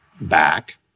back